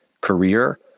career